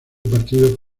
partido